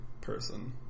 person